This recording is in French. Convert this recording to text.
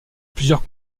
plusieurs